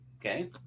Okay